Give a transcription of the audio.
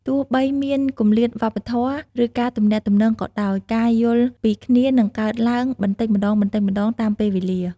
ទោះបីមានគម្លាតវប្បធម៌ ឬការទំនាក់ទំនងក៏ដោយ ការយល់ពីគ្នានឹងកើតឡើងបន្តិចម្ដងៗតាមពេលវេលា។